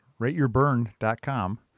rateyourburn.com